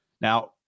Now